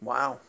Wow